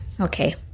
Okay